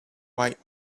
white